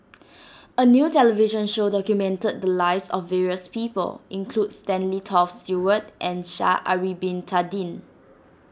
a new television show documented the lives of various people includes Stanley Toft Stewart and Sha'ari Bin Tadin